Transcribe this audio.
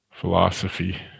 philosophy